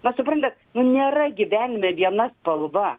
na suprantat nu nėra gyvenime viena spalva